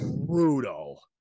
brutal